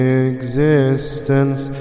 existence